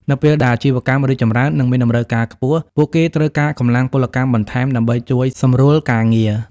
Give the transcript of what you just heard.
នៅពេលដែលអាជីវកម្មរីកចម្រើននិងមានតម្រូវការខ្ពស់ ពួកគេត្រូវការកម្លាំងពលកម្មបន្ថែមដើម្បីជួយសម្រួលការងារ។